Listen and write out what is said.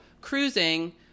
cruising